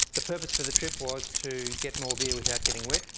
the purpose for the trip was to get more beer without getting wet.